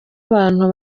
abantu